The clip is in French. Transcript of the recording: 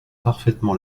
parfaitement